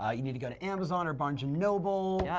ah you need to go to amazon, or barnes and nobles. yeah,